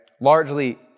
Largely